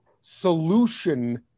solution